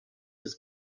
des